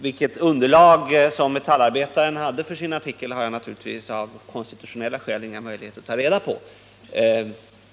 Vilket underlag Metallarbetaren hade för sin artikel har jag naturligtvis av konstitutionella skäl inga möjligheter att ta reda på.